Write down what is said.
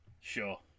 Sure